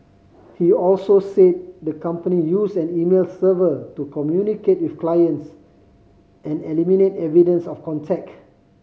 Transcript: he also said the company used an email server to communicate with clients and eliminate evidence of contact